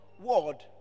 ward